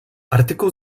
artykuł